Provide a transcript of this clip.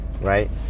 right